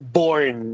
born